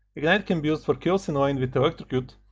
ignite can be used for kills in lane with electrocute,